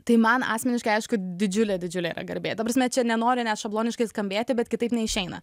tai man asmeniškai aišku didžiulė didžiulė yra garbė ta prasme čia nenori net šabloniškai skambėti bet kitaip neišeina